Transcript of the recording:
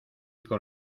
con